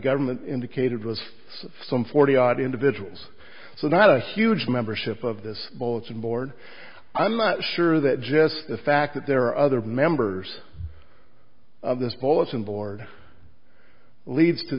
government indicated was some forty odd individuals so not a huge membership of this bulletin board i'm not sure that just the fact that there are other members of this bulletin board leads to